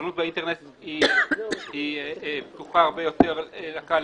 למשל, חנות באינטרנט פתוחה הרבה יותר לקהל.